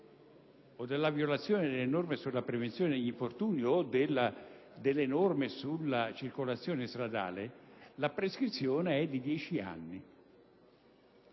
della violazione delle norme sulla prevenzione degli infortuni o di quelle sulla circolazione stradale, la prescrizione è di dieci anni.